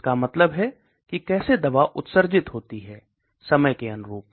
इसका मतलब है कि कैसे दवा उत्सर्जित होती है समय के अनुरूप